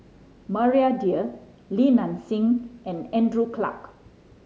Maria Dyer Li Nanxing and Andrew Clarke